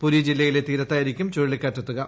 പുരി ജില്ലയിലെ തീരത്തായിരിക്കും ചുഴലിക്കാറ്റ് എത്തുക